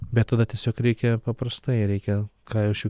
bet tada tiesiog reikia paprastai reikia ką jaučiu